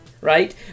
right